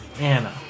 Anna